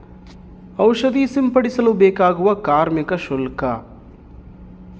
ಔಷಧಿ ಸಿಂಪಡಿಸಲು ಬೇಕಾಗುವ ಕಾರ್ಮಿಕ ಶುಲ್ಕ?